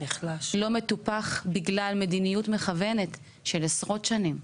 לא מטופח בגלל מדיניות מכוונת של עשרות שנים.